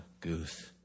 goose